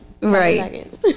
right